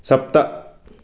सप्त